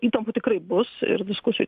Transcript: įtampų tikrai bus ir diskusijų